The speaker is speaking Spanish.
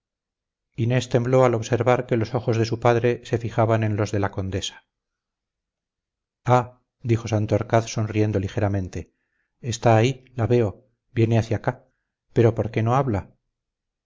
ves inés tembló al observar que los ojos de su padre se fijaban en los de la condesa ah dijo santorcaz sonriendo ligeramente está ahí la veo viene hacia acá pero por qué no habla